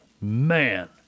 man